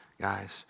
guys